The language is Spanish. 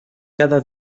cada